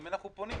אל מי אנחנו פונים,